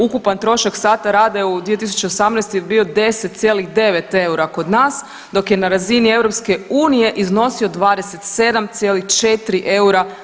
Ukupan trošak sata rada je u 2018. bio 10,9 eura kod nas, dok je na razini EU iznosio 27,4 eura.